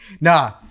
Nah